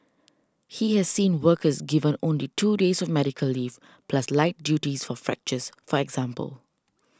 he has seen workers given only two days of medical leave plus light duties for fractures for example